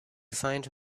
find